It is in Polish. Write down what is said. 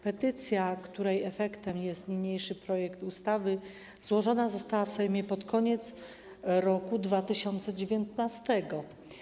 Petycja, której efektem jest niniejszy projekt ustawy, złożona została w Sejmie pod koniec roku 2019.